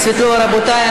וכמו שאנחנו